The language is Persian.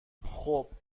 خوب